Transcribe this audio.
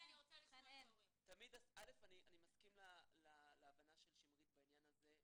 אני מסכים להבנה של שימרית בעניין הזה.